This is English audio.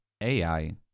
AI